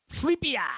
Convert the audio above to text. Sleepy